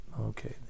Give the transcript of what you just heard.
Okay